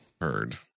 heard